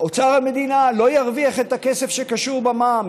אוצר המדינה לא ירוויח את הכסף שקשור במע"מ.